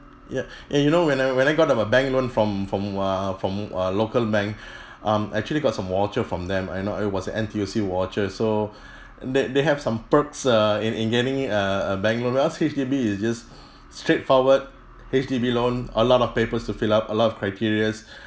ya and you know when I when I got of a bank loan from from a from a local bank um actually got some voucher from them I know it was an N_T_U_C voucher so they they have some perks uh in in getting a a bank loan whereas H_D_B is just straightforward H_D_B loan a lot of papers to fill up a lot of criteria